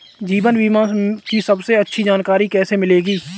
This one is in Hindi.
जीवन बीमा की सबसे अच्छी जानकारी कैसे मिलेगी?